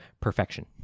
Perfection